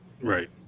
right